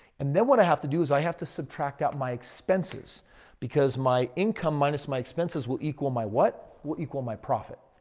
and then what i have to do is i have to subtract out my expenses because my income minus my expenses will equal my what? will equal my profit?